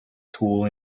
tool